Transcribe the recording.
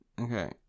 Okay